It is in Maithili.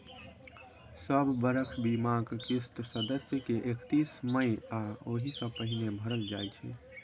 सब बरख बीमाक किस्त सदस्य के एकतीस मइ या ओहि सँ पहिने भरल जाइ छै